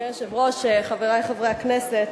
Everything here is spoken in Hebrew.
אדוני היושב-ראש, חברי חברי הכנסת,